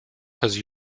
cause